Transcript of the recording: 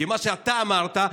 כי מה שאתה אמרת,